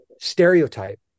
stereotype